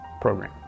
program